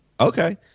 Okay